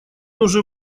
уже